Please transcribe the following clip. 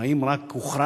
האם רק הוכרז?